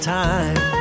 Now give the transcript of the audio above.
time